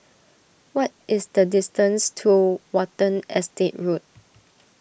what is the distance to Watten Estate Road